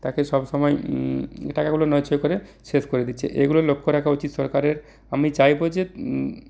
তাকে সবসময় টাকাগুলো নয় ছয় করে শেষ করে দিচ্ছে এগুলো লক্ষ্য রাখা উচিত সরকারের আমি চাইবো যে